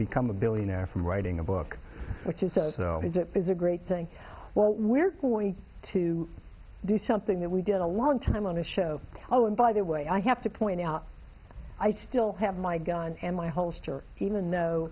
become a billionaire from writing a book which is a is it is a great saying well we're going to do something that we did a long time on a show oh and by the way i have to point out i still have my gun in my hol